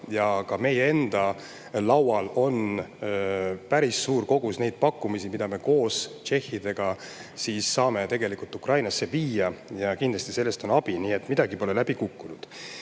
Ka meie enda laual on päris suur kogus pakkumisi, mis me koos tšehhidega saame tegelikult Ukrainasse viia, ja kindlasti sellest on abi. Nii et midagi pole läbi kukkunud. Teiseks,